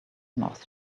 mouth